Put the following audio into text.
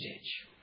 stage